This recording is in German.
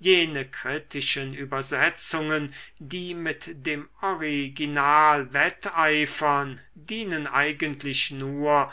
jene kritischen übersetzungen die mit dem original wetteifern dienen eigentlich nur